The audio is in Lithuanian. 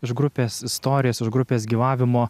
iš grupės istorijos už grupės gyvavimo